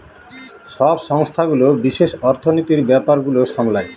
সব সংস্থাগুলো বিশেষ অর্থনীতির ব্যাপার গুলো সামলায়